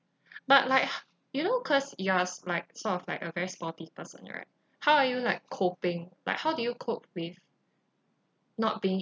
but like you know cause you are s~ like sort of like a very sporty person right how are you like coping like how do you cope with not being